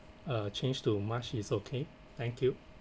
uh changed to march is okay thank you